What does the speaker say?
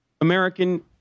American